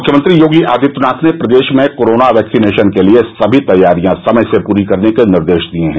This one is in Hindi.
मुख्यमंत्री योगी आदित्यनाथ ने प्रदेश में कोरोना वैक्सीनेशन के लिए सभी तैयारियां समय से पूरी करने के निर्देश दिये हैं